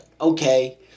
okay